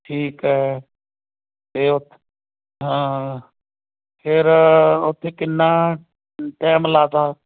ਠੀਕ ਤੇ ਉਥ ਹਾਂ ਫਿਰ ਉੱਥੇ ਕਿੰਨਾ ਟੈਮ ਲਾ 'ਤਾ